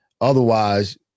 otherwise